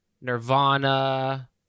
Nirvana